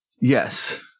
Yes